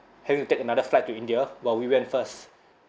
having to take another flight to india while we went first